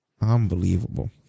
Unbelievable